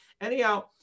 Anyhow